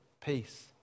peace